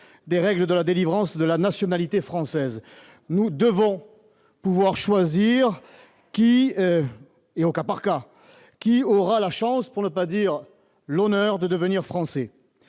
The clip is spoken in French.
des règles de délivrance de la nationalité française. Nous devons pouvoir choisir au cas par cas qui aura la chance, pour ne pas dire l'honneur, de devenir Français.